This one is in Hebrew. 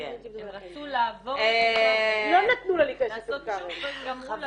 נתנו לה להכנס לטול כרם.